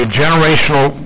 generational